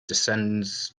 descends